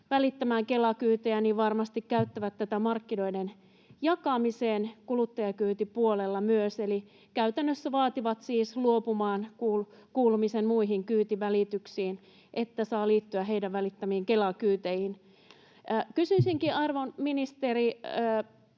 välittämään Kela-kyytejä, varmasti käyttävät tätä markkinoiden jakamiseen kuluttajakyytipuolella myös, eli käytännössä vaativat siis luopumaan kuulumisesta muihin kyytivälityksiin, jotta saa liittyä heidän välittämiin Kela-kyyteihin. Kysyisinkin, arvon ministeri,